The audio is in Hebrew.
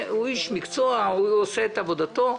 הוא איש מקצוע, הוא עושה את עבודתו,